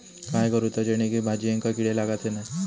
काय करूचा जेणेकी भाजायेंका किडे लागाचे नाय?